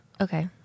Okay